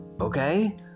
Okay